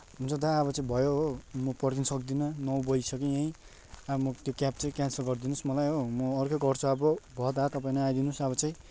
हुन्छ दा अब चाहिँ भयो हो म पर्खिनु सक्दिनँ नौ बजिसक्यो यहीँ अब म त्यो क्याब चाहिँ क्यान्सल गरिदिनोस् मलाई हो म अर्कै गर्छु अब भयो दा तपाईँ नआइदिनोस् अब चाहिँ